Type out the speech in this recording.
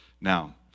Now